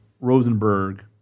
Rosenberg